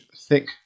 thick